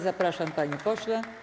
Zapraszam, panie pośle.